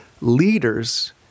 leaders